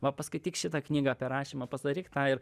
va paskaityk šitą knygą apie rašymą pasdaryk tą ir